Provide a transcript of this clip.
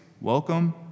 welcome